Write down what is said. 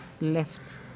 left